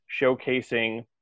showcasing